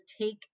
take